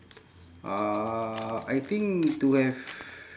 uh I think to have